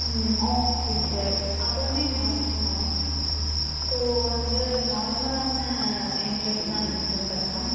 ம் okay sir அதுவுமே normal தான் ஸோ வந்து நார்மலான இண்ட்ரெஸ்ட் தானே சார் கட்டணும்